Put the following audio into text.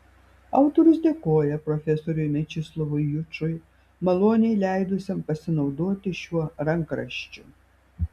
autorius dėkoja profesoriui mečislovui jučui maloniai leidusiam pasinaudoti šiuo rankraščiu